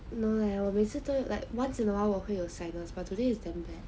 no leh 我每次 like once in awhile 我会有 sinus but today it's damn bad